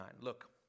Look